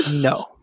No